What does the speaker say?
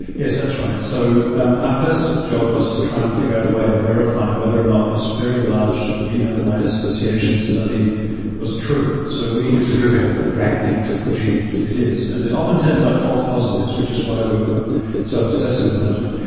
yes, that's right, so um our first job was to try and figure out a way of verifying whether or not this very large genome-wide association study was true. so which is really a dragnet for genes. it is, and it often turns up false positives, which is why we were so obsessive about it.